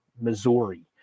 Missouri